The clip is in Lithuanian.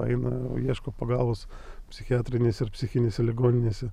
eina ieško pagalbos psichiatrinėse ar psichinėse ligoninėse